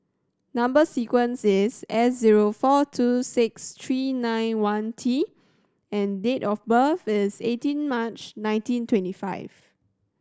number sequence is S zero four two six three nine one T and date of birth is eighteen March nineteen twenty five